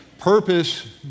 Purpose